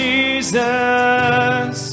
Jesus